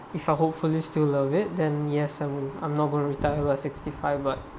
if I hopefully still love it then yes I will I'm not going to retire at sixty five but